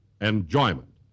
enjoyment